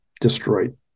destroyed